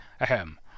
ahem